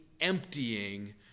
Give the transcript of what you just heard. emptying